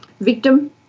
victim